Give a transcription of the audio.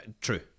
true